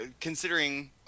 considering